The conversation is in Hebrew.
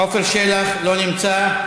עפר שלח, לא נמצא.